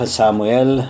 Samuel